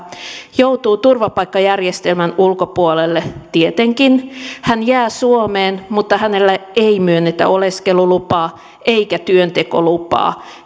joutuu turvapaikkajärjestelmän ulkopuolelle tietenkin hän jää suomeen mutta hänelle ei myönnetä oleskelulupaa eikä työntekolupaa